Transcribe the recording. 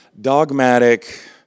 dogmatic